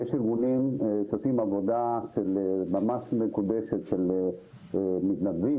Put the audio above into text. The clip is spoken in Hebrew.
יש ארגונים שעושים עבודה ממש מקודשת של מתנדבים.